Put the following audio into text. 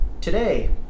today